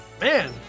Man